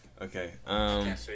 Okay